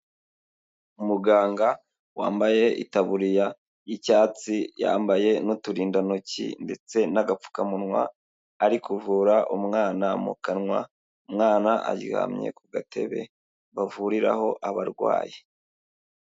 Umuganga wambaye itaburiya y'icyatsi yambaye n'uturindantoki ndetse n'agapfukamunwa, ari kuvura umwana mu kanwa umwana aryamye ku gatebe bavuriraho abarwayi.